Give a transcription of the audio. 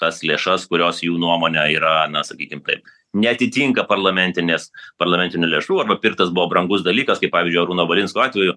tas lėšas kurios jų nuomone yra na sakykim taip neatitinka parlamentinės parlamentinių lėšų arba pirktas buvo brangus dalykas kaip pavyzdžiui arūno valinsko atveju